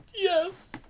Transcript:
Yes